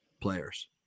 players